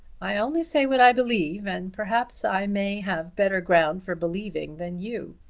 i only say what i believe, and perhaps i may have better ground for believing than you.